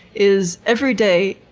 is every day,